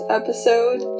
episode